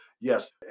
yes